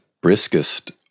briskest